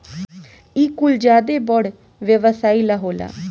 इ कुल ज्यादे बड़ व्यवसाई ला होला